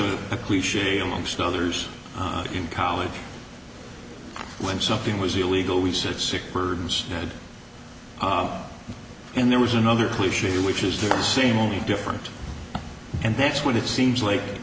a cliche amongst others on in college when something was illegal we said sick birds and there was another cliche which is the same only different and that's what it seems like